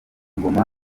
ngoma